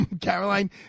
Caroline